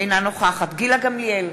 אינה נוכחת גילה גמליאל,